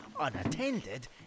unattended